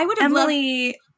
Emily